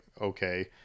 okay